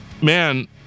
man